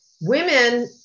women